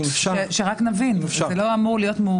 זה לא אמור להיות מעוגן באיזושהי קונסטרוקציה?